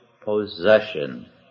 possession